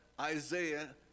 Isaiah